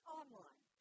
online